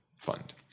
fund